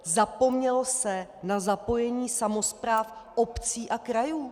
Zapomnělo se na zapojení samospráv obcí a krajů!